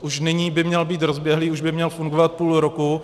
Už nyní by měl být rozběhlý, už by měl fungovat půl roku.